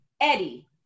Eddie